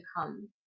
come